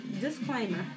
disclaimer